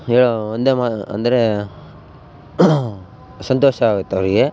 ಹೇಳೋ ಒಂದು ಮಾ ಅಂದರೇ ಸಂತೋಷ ಆಗುತ್ತೆ ಅವರಿಗೆ